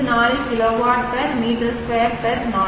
54 kilowatt மீ 2 நாள்